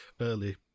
early